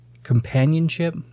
Companionship